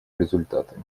результаты